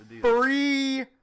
free